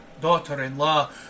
daughter-in-law